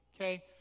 Okay